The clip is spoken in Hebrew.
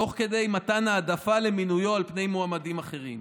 תוך כדי מתן העדפה למינויו על פני מועמדים אחרים,